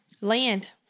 Land